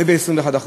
וב-21%.